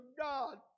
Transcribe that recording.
God